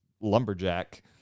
lumberjack